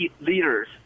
leaders